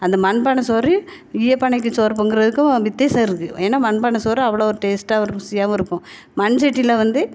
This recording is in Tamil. அந்த மண்பானை சோறு ஈயப்பானைக்கு சோறு பொங்குகிறதுக்கும் வித்தியாசம் இருக்குது ஏன்னா மண்பானை சோறு அவ்வளோ ஒரு டேஸ்ட்டாகவும் ருசியாகவும் இருக்கும் மண்சட்டியில் வந்து